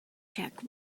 check